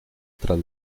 tras